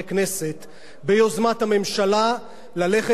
ביוזמת הממשלה, ללכת לבחירות מוקדמות.